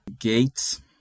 gates